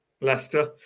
Leicester